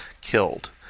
killed